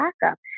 backup